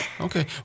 okay